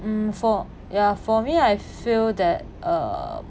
mm for ya for me I feel that uh